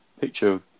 picture